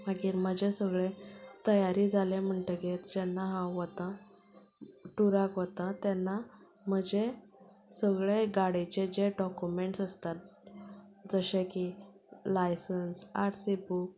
मागीर म्हाजें सगळें तयारी जाली म्हणटकीर जेन्ना हांव वतां टुराक वता तेन्ना म्हजें सगळे गाडयेचे जे डोक्युमेंट्स आसतात जशें की लायसेंस आरसी बुक